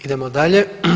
Idemo dalje.